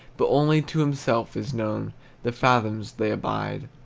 but only to himself is known the fathoms they abide.